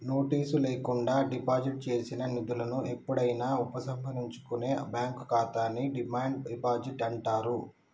notice లేకుండా deposit చేసిన నిధులను ఎప్పుడైనా ఉపసంహరించుకునే బ్యాంక్ ఖాతాని డిమాండ్ డిపాజిట్ అంటారు